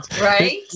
Right